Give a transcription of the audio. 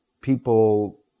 people